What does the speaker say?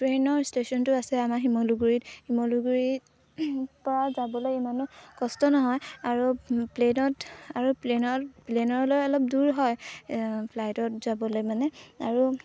ট্ৰেইনৰ ষ্টেশ্যনটো আছে আমাৰ শিমলুগুৰিত শিমলুগুৰিৰপৰা যাবলৈ ইমানো কষ্ট নহয় আৰু প্লেইনত আৰু প্লেইনত প্লেইনলৈ অলপ দূৰ হয় ফ্লাইটত যাবলৈ মানে আৰু